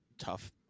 tough